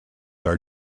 are